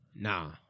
Nah